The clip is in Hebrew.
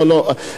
לא, לא.